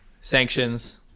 sanctions